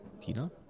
Tina